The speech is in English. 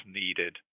needed